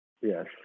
Yes